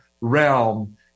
realm